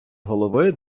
голови